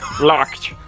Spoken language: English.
locked